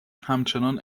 همچنان